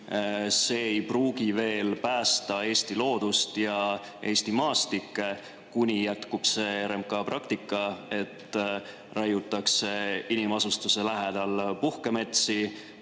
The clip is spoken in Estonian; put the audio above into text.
see ei pruugi veel päästa Eesti loodust ja Eesti maastikke, kuni jätkub see RMK praktika, et raiutakse inimasustuse lähedal puhkemetsa